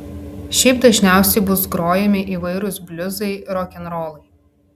šiaip dažniausiai bus grojami įvairūs bliuzai rokenrolai